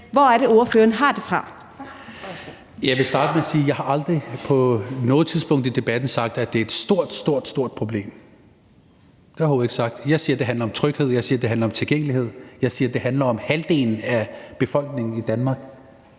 Sikandar Siddique (UFG): Jeg vil starte med at sige, at jeg aldrig på noget tidspunkt i debatten har sagt, at det er et stort, stort problem. Det har jeg overhovedet ikke sagt. Jeg siger, at det handler om tryghed, og jeg siger, at det handler om tilgængelighed. Jeg siger, at det handler om, at halvdelen af befolkningen i Danmark